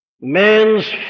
Man's